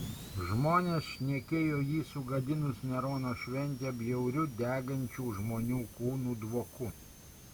žmonės šnekėjo jį sugadinus nerono šventę bjauriu degančių žmonių kūnų dvoku